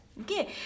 okay